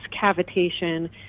cavitation